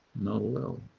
not allowed.